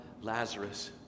Lazarus